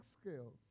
skills